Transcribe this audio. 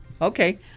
Okay